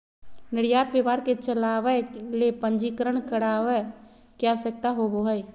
निर्यात व्यापार के चलावय ले पंजीकरण करावय के आवश्यकता होबो हइ